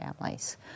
families